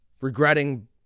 regretting